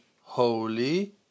holy